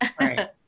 right